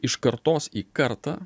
iš kartos į kartą